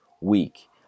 week